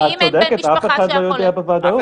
אף אחד לא יודע בוודאות,